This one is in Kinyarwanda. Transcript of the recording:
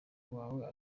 wawe